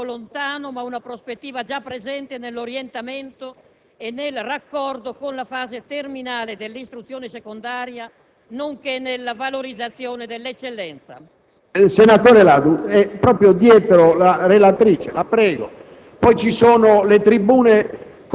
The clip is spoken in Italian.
il lavoro - non sia un obiettivo lontano, ma una prospettiva già presente nell'orientamento e nel raccordo con la fase terminale dell'istruzione secondaria, nonché nella valorizzazione dell'eccellenza. *(Brusìo)*. PRESIDENTE. Senatore Ladu, è proprio dietro la relatrice, la prego.